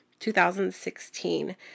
2016